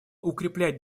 укреплять